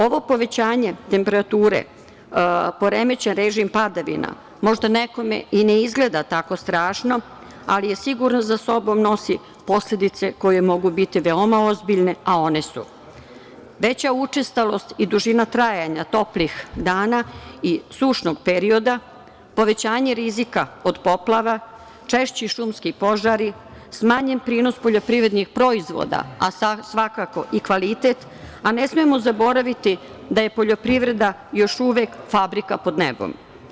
Ovo povećanje temperature, poremećen režim padavina možda nekome i ne izgleda tako strašno, ali sigurno za sobom nosi posledice koje mogu biti veoma ozbiljne, a one su veća učestalost i dužina trajanja toplih dana i sušnog perioda, povećanje rizika od poplava, češći šumski požari, smanjen prinos poljoprivrednih proizvoda, a svakako i kvalitet, a ne smemo zaboraviti da je poljoprivreda još uvek fabrika pod nebom.